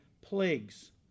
plagues